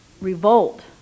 revolt